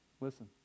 Listen